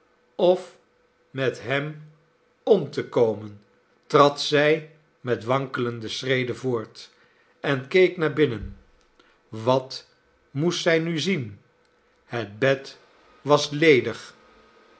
of met hem om te komen trad zij met wankelende schreden voort en keek naar binnen wat moest zy nu zien het bed was ledig